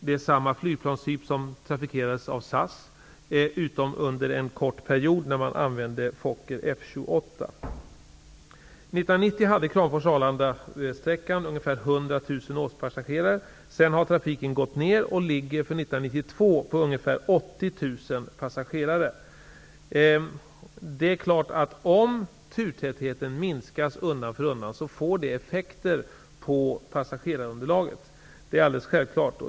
Det är samma flygplanstyp som användes av SAS, utom under en kort period när man flög med Fokker F28. 100 000 årspassagerare. Sedan har trafiken gått ner och ligger 1992 på ungefär 80 000 passagerare. Om turtätheten minskas undan för undan, får det effekter på passagerarunderlaget. Det är alldeles självklart.